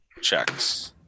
checks